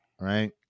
right